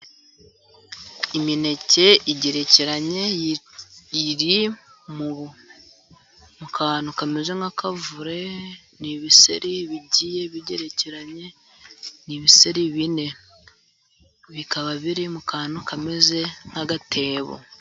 Imineke igerekeranye iri mu kantu kameze nk'akavure, ni ibiseri bigiye bigerekeranye. Ni ibiseri bine bikaba biri mu kantu kameze nk'agatebo.